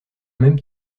même